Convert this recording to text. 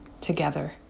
together